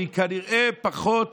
והיא כנראה פחות